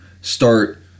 start